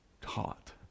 taught